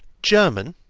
german,